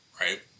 right